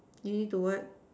easy to what